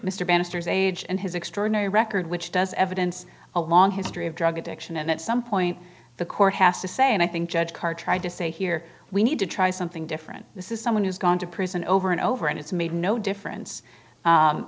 bannister's age and his extraordinary record which does evidence a long history of drug addiction and at some point the court has to say and i think judge carr tried to say here we need to try something different this is someone who's gone to prison over and over and it's made no difference